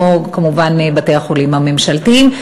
כמו כמובן בתי-החולים הממשלתיים,